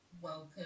welcome